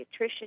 pediatrician